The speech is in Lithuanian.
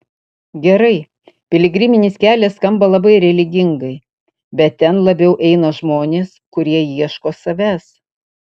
gerai piligriminis kelias skamba labai religingai bet ten labiau eina žmonės kurie ieško savęs